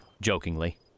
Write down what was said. jokingly